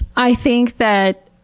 i think that